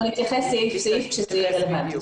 אנחנו נתייחס סעיף-סעיף, כשזה יהיה רלוונטי.